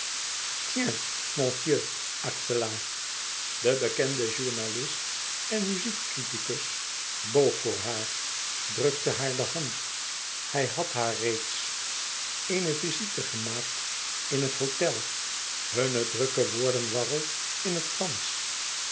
axela de bekende journalist en muziek criticus boog voor haar drukte haar de hand hij had haar reeds eene visite gemaakt in het hôtel hun drukke woordenwarrel in het fransch